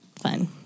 fun